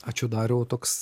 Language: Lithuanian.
ačiū dariau toks